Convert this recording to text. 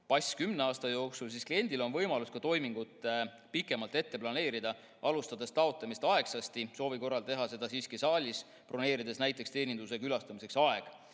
passi kümne aasta jooksul, siis kliendil on võimalus toimingut pikemalt planeerida, alustada taotlemist aegsasti ja soovi korral teha seda siiski saalis, broneerides näiteks teeninduse külastamiseks aja.